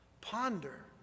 ponder